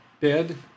dead